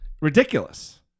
Ridiculous